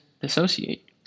dissociate